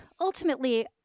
ultimately